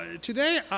today